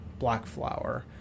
Blackflower